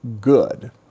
good